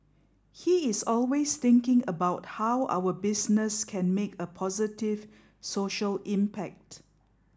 he is always thinking about how our business can make a positive social impact